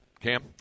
Cam